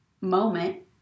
moment